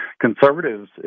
conservatives